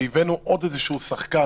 והבאנו אלינו עוד שחקן,